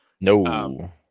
No